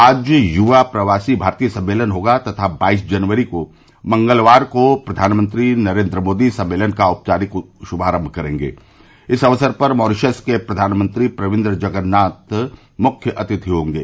आज युवा प्रवासी भारतीय सम्मेलन होगा तथा बाईस जनवरी मंगलवार को प्रधानमंत्री नरेन्द्र मोदी सम्मेलन का औपचारिक श्भारंभ करेंगे इस अवसर पर मॉरिशस के प्रधानमंत्री प्रविन्द जगन्नाथ मुख्य अतिथि होंगे